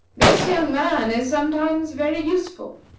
this young man is sometimes very useful,